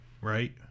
right